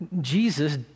Jesus